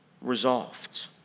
resolved